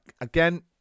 again